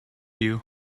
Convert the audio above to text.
you